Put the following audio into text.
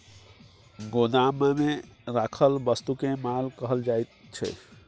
गोदाममे राखल वस्तुकेँ माल कहल जाइत छै